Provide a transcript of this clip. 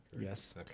Yes